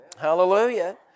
Hallelujah